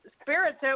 Spirit's